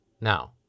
Now